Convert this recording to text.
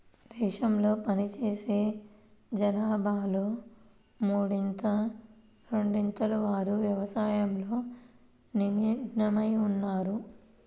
దేశంలో పనిచేసే జనాభాలో మూడింట రెండొంతుల వారు వ్యవసాయంలో నిమగ్నమై ఉన్నారు